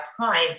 time